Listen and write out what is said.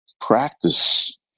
practice